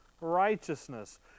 righteousness